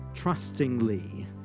trustingly